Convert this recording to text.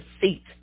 seat